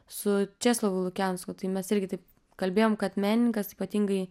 su česlovu lukensku tai mes irgi taip kalbėjom kad menininkas ypatingai